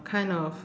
kind of